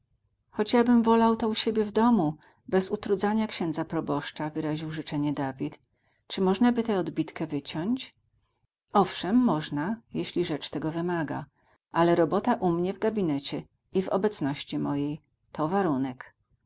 posiedzenia choć ja bym wolał to u siebie w domu bez utrudzania księdza proboszcza wyraził życzenie david czy można by tę odbitkę wyciąć owszem można jeśli rzecz tego wymaga ale robota u mnie w gabinecie i w obecności mojej to warunek